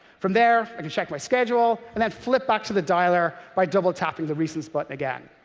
from there, i can check my schedule and then flip back to the dialer by double-tapping the recents button again.